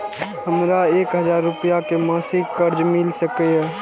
हमरा एक हजार रुपया के मासिक कर्ज मिल सकिय?